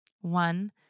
one